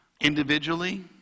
individually